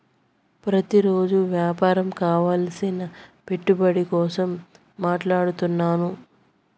ప్రతిరోజు వ్యాపారం కావలసిన పెట్టుబడి కోసం మాట్లాడుతున్నాను